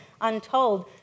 untold